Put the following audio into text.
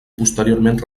posteriorment